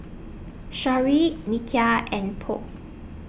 Sharyl Nikia and Polk